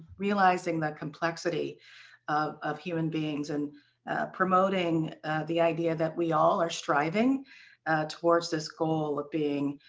realizing that complexity of human beings and promoting the idea that we all are striving towards this goal of being